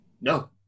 No